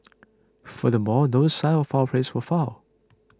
furthermore no signs of foul play were found